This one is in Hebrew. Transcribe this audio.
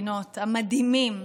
והמפגינות המדהימים,